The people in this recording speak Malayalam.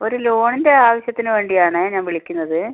ഒരു ലോണിൻ്റ ആവശ്യത്തിന് വേണ്ടിയാണേ ഞാൻ വിളിക്കുന്നത്